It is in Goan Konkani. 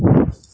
आ